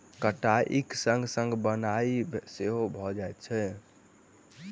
कटाइक संग संग बन्हाइ सेहो भ जाइत छै